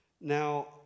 Now